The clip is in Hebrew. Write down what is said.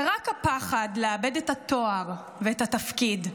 זה רק הפחד לאבד את התואר ואת התפקיד.